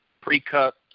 pre-cut